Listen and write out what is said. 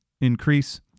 increase